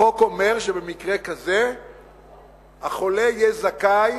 החוק אומר שבמקרה כזה החולה יהיה זכאי